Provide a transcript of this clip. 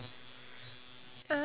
yes